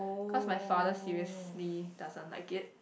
cause my father seriously doesn't like it